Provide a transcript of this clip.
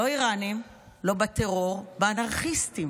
לא איראנים, לא בטרור, באנרכיסטים.